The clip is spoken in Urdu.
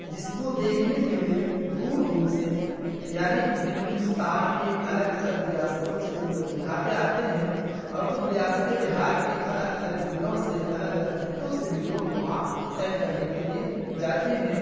جس کو دیکھنے کے لیے دور دور سے یعنی ہندوستان کے الگ الگ ریاستوں سے لوگ یہاں پہ آتے ہیں اور خود ریاست بہار کے الگ الگ ضلعوں سے الگ الگ خطوں سے بھی لوگ وہاں سیر کرنے کے لیے جاتے ہیں